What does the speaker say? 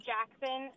Jackson